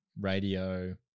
radio